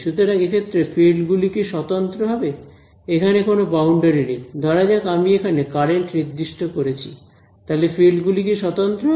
সুতরাং এক্ষেত্রে ফিল্ড গুলি কি স্বতন্ত্র হবে এখানে কোন বাউন্ডারি নেই ধরা যাক আমি এখানে কারেন্ট নির্দিষ্ট করেছি তাহলে ফিল্ড গুলি কি স্বতন্ত্র হবে